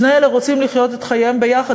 שני אלה רוצים לחיות את חייהם יחד,